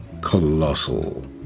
colossal